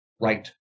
right